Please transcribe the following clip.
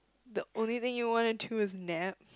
the only thing you want to is nap